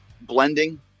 blending